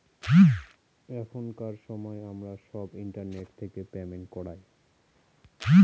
এখনকার সময় আমরা সব ইন্টারনেট থেকে পেমেন্ট করায়